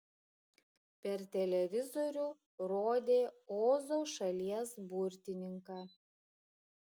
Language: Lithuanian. per televizorių rodė ozo šalies burtininką